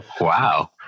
Wow